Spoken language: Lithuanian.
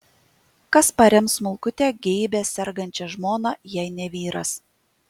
kas parems smulkutę geibią sergančią žmoną jei ne vyras